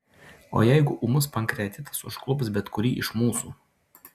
o jeigu ūmus pankreatitas užklups bet kurį iš mūsų